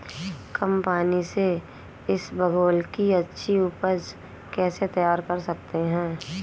कम पानी से इसबगोल की अच्छी ऊपज कैसे तैयार कर सकते हैं?